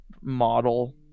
model